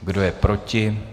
Kdo je proti?